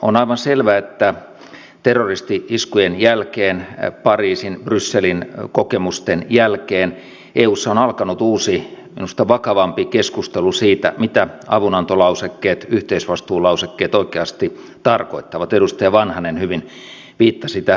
on aivan selvä että terroristi iskujen pariisin ja brysselin kokemusten jälkeen eussa on alkanut uusi minusta vakavampi keskustelu siitä mitä avunantolausekkeet yhteisvastuulausekkeet oikeasti tarkoittavat edustaja vanhanen hyvin viittasi tähän omassa puheenvuorossaan